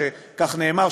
כך נאמר,